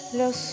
los